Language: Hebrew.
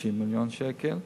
60 מיליון שקל.